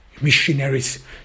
missionaries